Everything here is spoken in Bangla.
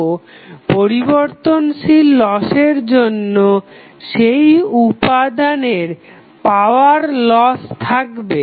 তো পরিবর্তনশীল লসের জন্য সেই উপাদানে পাওয়ার লসও থাকবে